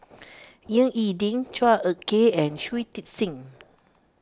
Ying E Ding Chua Ek Kay and Shui Tit Sing